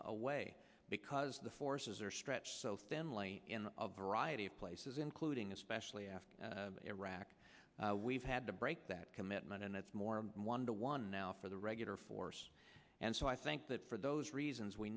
away because the forces are stretched so thin lightly in a variety of places including especially after iraq we've had to break that commitment and that's more a one to one now for the regular force and so i think that for those reasons we